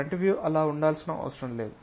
front view అలా ఉండాల్సిన అవసరం లేదు